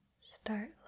start